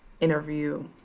Interview